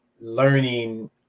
learning